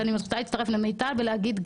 ואני רוצה להצטרף למיטל ולהגיד,